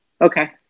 Okay